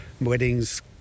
weddings